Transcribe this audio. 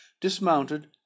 dismounted